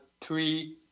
three